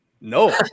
no